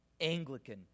Anglican